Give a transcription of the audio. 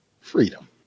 freedom